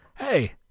hey